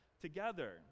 together